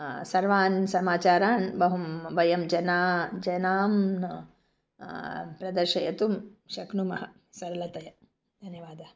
सर्वान् समाचारान् बहु वयं जनाः जनान् प्रदर्शयितुं शक्नुमः सरलतया धन्यवादः